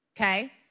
Okay